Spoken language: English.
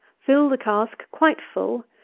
fill the cask quite full.